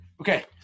Okay